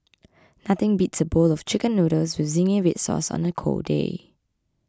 nothing beats a bowl of Chicken Noodles with Zingy Red Sauce on a cold day